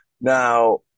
Now